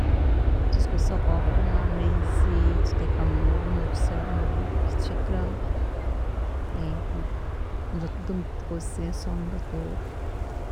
Tuzikozesa kwihuramu amaizi, nituteekamu nabunu obusera bunu obwekikiga, nitukozesa ensuwa mubatooro.